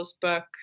book